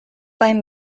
einem